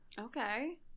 okay